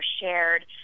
shared